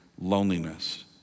loneliness